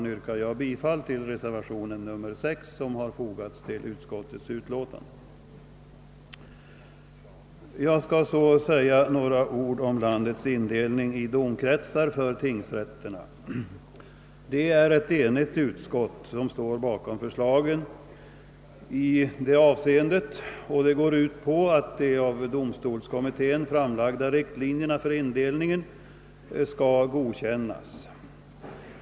Jag yrkar bifall till re Jag skall så säga några ord om landets indelning i domkretsar för tingsrätterna. Ett enigt utskott står bakom förslagen i utlåtandet som går ut på att de av domstolskommittén framlagda riktlinjerna för indelningen skall godkännas av riksdagen.